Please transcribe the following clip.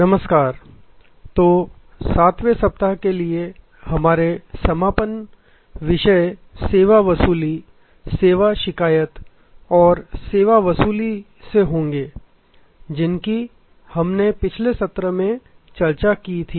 नमस्कार तो 7 वें सप्ताह के लिए हमारे समापन विषय सेवा वसूली सेवा शिकायत और सेवा वसूली से होंगे जिसकी हमने पिछले सत्र में चर्चा की थी